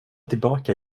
tillbaka